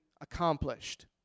accomplished